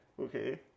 Okay